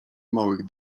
małych